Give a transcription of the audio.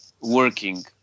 working